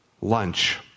lunch